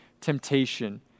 temptation